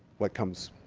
what comes